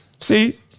See